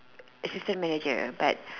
assistant manager but